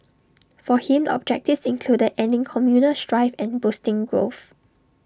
for him the objectives included ending communal strife and boosting growth